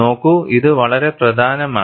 നോക്കൂ ഇത് വളരെ പ്രധാനമാണ്